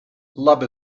love